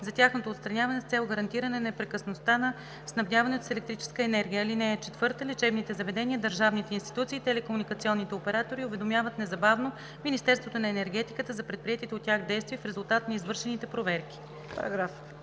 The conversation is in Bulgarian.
за тяхното отстраняване с цел гарантиране непрекъснатостта на снабдяването с електрическа енергия. (4) Лечебните заведения, държавните институции и телекомуникационните оператори уведомяват незабавно Министерството на енергетиката за предприетите от тях действия в резултат на извършените проверки.“